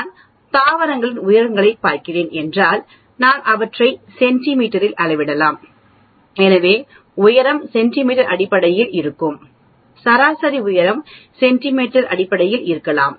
நான் தாவரங்களின் உயரத்தைப் பார்க்கிறேன் என்றால் நான் அவற்றை சென்டிமீட்டரில் அளவிடலாம் எனவே உயரம் சென்டிமீட்டர் அடிப்படையில் இருக்கும் சராசரி உயரம் சென்டிமீட்டர் அடிப்படையில் இருக்கலாம்